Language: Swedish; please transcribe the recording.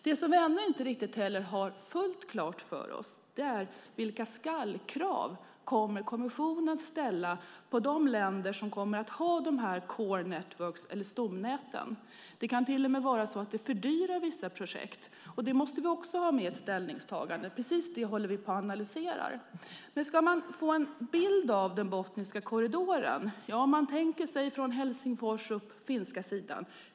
Det som vi ännu inte heller har fullt klart för oss är vilka skall-krav som kommissionen kommer att ställa på de länder som kommer att ha sådana här core networks eller stomnät. Det kan till och med vara så att det fördyrar vissa projekt. Det måste vi också ha med i ett ställningstagande. Precis det håller vi på och analyserar. För att få en bild av Botniska korridoren kan man tänka sig att knyta ihop från Helsingfors på den finska sidan.